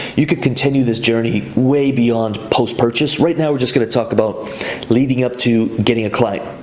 you could continue this journey way beyond post-purchase, right now, we're just gonna talk about leading up to getting a client.